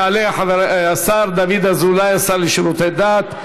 יעלה השר דוד אזולאי, השר לשירותי דת.